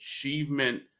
achievement